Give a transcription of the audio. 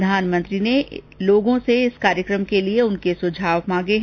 प्रधानमंत्री ने लोगों से इस कार्यक्रम के लिए उनके सुझाव मांगे है